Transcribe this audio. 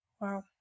Wow